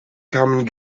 kamen